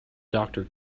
doctor